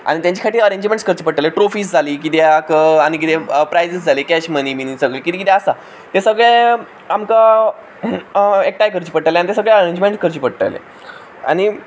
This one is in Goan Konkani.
आनी तेंचे खातीर अरेंजमेंट्स करचे पडटले ट्रॉफीज जाली कित्याक आनी कितें प्रायजीस जाले कॅश मनी बिनी सगळें कितें कितें आसा तें सगळें आमकां एकठांय करचें पडटलें आनी तें सगळें अरेंजमेंट्स करचे पडटले आनी